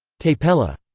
tapella